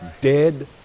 dead